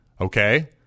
okay